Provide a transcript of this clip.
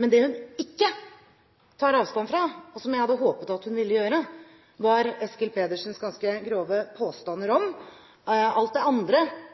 men det hun ikke tar avstand fra, som jeg hadde håpet at hun ville gjøre, var Eskil Pedersens ganske grove påstander om alt det andre